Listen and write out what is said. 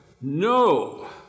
No